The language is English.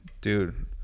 Dude